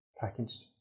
Packaged